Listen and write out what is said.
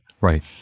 Right